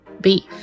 beef